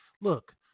look